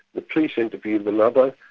the police interviewed the lover,